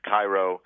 Cairo